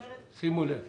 שימו לב.